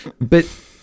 But-